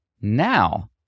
Now